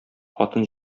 хатын